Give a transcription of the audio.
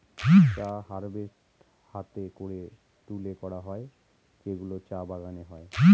চা হারভেস্ট হাতে করে তুলে করা হয় যেগুলো চা বাগানে হয়